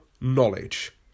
knowledge